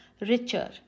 richer